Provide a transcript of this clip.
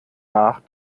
nach